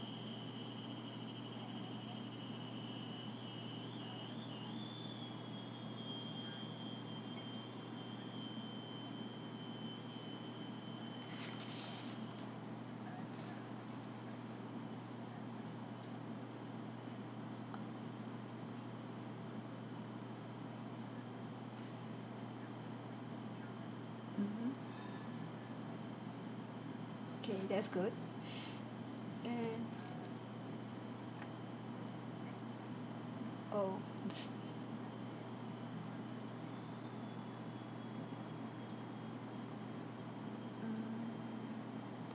mmhmm okay that's good and oh the s~ mm